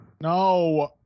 No